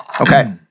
Okay